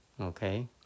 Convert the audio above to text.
okay